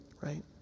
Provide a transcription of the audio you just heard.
Right